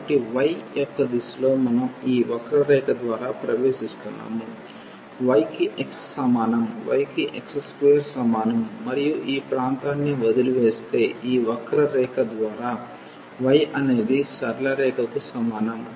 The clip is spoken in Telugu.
కాబట్టి y యొక్క దిశలో మనం ఈ వక్రరేఖ ద్వారా ప్రవేశిస్తున్నాము y కి x సమానం y కి x2 సమానం మరియు ఈ ప్రాంతాన్ని వదిలివేస్తే ఈ వక్ర రేఖ ద్వారా y అనేది సరళ రేఖకు సమానం